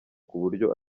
kuburyo